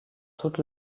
toute